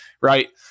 right